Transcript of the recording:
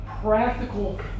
practical